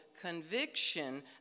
conviction